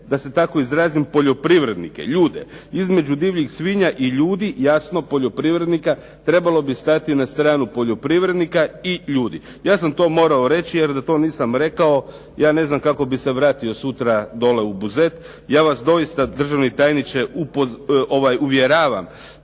da se tako izrazim, poljoprivrednike, ljude. Između divljih svinja i ljudi, jasno poljoprivrednika, trebalo bi stati na stranu poljoprivrednika i ljudi. Ja sam to morao reći jer da to nisam rekao, ja ne znam kako bi se vratio sutra dole u Buzet. Ja vas doista, državni tajniče, uvjeravam